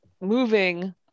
moving